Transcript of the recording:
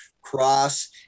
cross